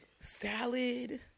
salad